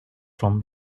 from